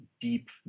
deep